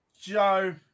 Joe